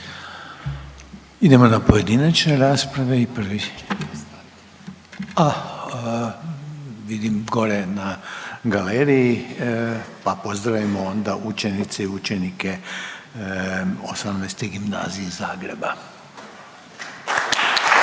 Idemo na pojedinačne rasprave i prvi, ah vidim gore na galeriji pa pozdravimo učenice i učenike 18. gimnazije iz Zagreba.